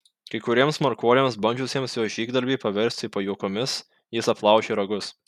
kai kuriems smarkuoliams bandžiusiems jo žygdarbį paversti pajuokomis jis aplaužė ragus